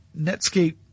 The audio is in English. Netscape